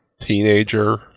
teenager